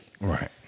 Right